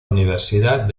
universidad